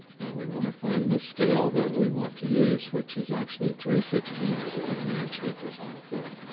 and we want to find the scale that we want to use, which is actually three sixteenths of an inch equals one foot.